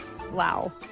Wow